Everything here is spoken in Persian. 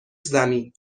زمین